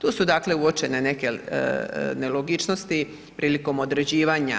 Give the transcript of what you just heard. Tu su dakle uočene neke nelogičnosti prilikom određivanja